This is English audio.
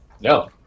no